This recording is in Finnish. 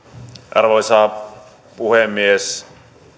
arvoisa puhemies